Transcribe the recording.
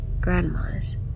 grandma's